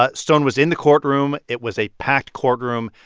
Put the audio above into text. ah stone was in the courtroom. it was a packed courtroom.